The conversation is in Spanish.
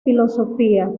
filosofía